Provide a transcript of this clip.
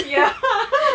ya